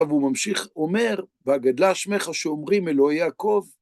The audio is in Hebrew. והוא ממשיך אומר, ואגדלה שמך שאומרים אלוהי יעקב.